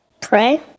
Pray